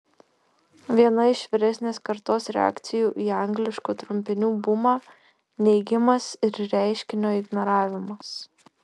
viena iš vyresnės kartos reakcijų į angliškų trumpinių bumą neigimas ir reiškinio ignoravimas